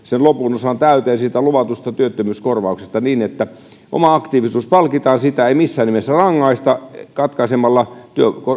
lopun osan täyteen luvatusta työttömyyskorvauksesta niin että oma aktiivisuus palkitaan siitä ei missään nimessä rangaista katkaisemalla